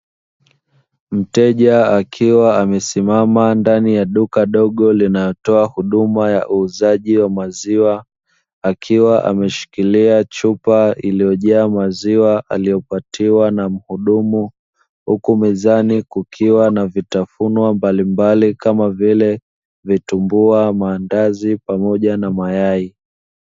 Mteja akiwa amesimama ndani ya duka dogo linalotoa huduma ya uuzaji wa maziwa, akiwa ameshikilia chupa iliyojaa maziwa aliyopatiwa na mhudumu, huku mezani kukiwa na vitafunwa mbalimbali, kama vile vitumbua, maandazi, pamoja na mayai.